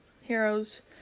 heroes